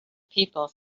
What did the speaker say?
people